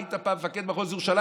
היית פעם מפקד מחוז ירושלים,